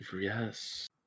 Yes